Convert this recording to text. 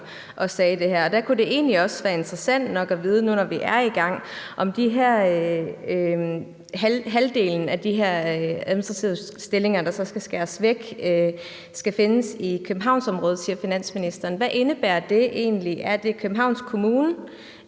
og sagde det her. Det kunne egentlig også være interessant nok at få noget at vide nu, når vi er i gang. Halvdelen af de her administrative stillinger, der så skal skæres væk, skal findes i Københavnsområdet, siger finansministeren. Hvad indebærer det egentlig? Er det Københavns Kommune,